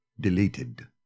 deleted